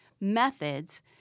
methods